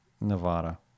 Nevada